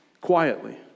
quietly